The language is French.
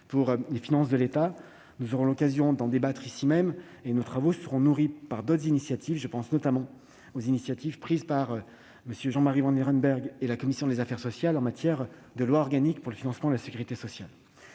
pour les finances de l'État. Nous aurons l'occasion d'en débattre, et nos travaux seront nourris par d'autres initiatives, notamment celle de M. Jean-Marie Vanlerenberghe et de la commission des affaires sociales sur les lois organiques pour le financement de la sécurité sociale.